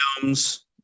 films